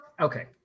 Okay